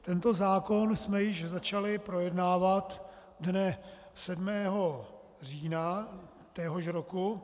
Tento zákon jsme již začali projednávat dne 7. října téhož roku.